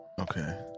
Okay